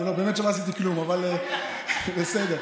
אני באמת שלא עשיתי כלום, אבל בסדר.